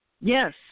Yes